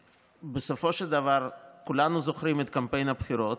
ובסופו של דבר כולנו זוכרים את קמפיין הבחירות,